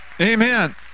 amen